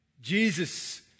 Jesus